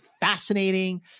fascinating